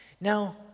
Now